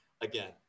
again